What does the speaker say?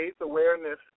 awareness